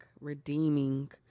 redeeming